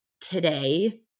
today